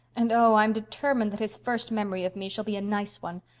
and oh, i'm determined that his first memory of me shall be a nice one.